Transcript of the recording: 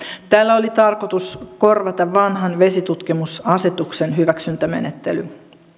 tällä oli tarkoitus korvata vanhan vesitutkimusasetuksen hyväksyntämenettely